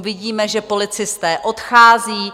Vidíme, že policisté odcházejí.